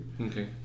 okay